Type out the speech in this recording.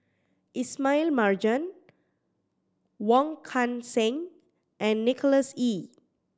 Ismail Marjan Wong Kan Seng and Nicholas Ee